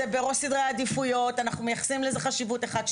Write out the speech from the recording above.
זה בראש סדרי העדיפויות; אנחנו מייחסים לזה חשיבות אחת,